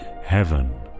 heaven